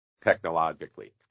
technologically